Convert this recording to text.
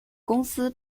公司